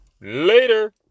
Later